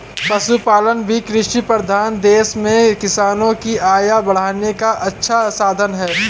पशुपालन भी कृषिप्रधान देश में किसानों की आय बढ़ाने का अच्छा साधन है